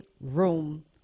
room